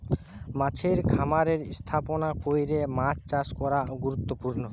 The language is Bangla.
মাছের খামারের ব্যবস্থাপনা কইরে মাছ চাষ করা গুরুত্বপূর্ণ